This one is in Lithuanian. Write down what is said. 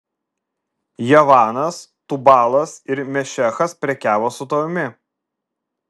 javanas tubalas ir mešechas prekiavo su tavimi